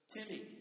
Timmy